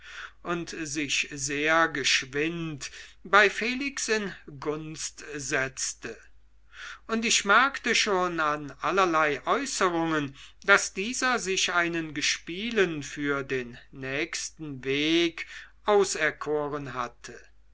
und sich sehr geschwind bei felix in gunst setzte und ich merkte schon an allerlei äußerungen daß dieser sich einen gespielen für den nächsten weg auserkoren hatte